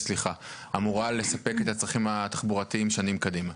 אמורה לספק את הצרכים התחבורתיים שנים קדימה?